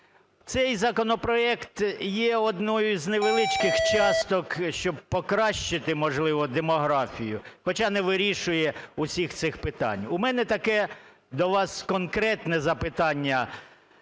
Цей законопроект є одною з невеличких часток, щоб покращити, можливо, демографію, хоча не вирішує всіх цих питань. У мене таке до вас конкретне запитання